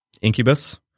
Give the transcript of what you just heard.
Incubus